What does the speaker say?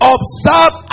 Observe